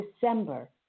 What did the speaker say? December